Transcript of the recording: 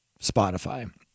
Spotify